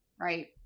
right